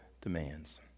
demands